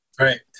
Right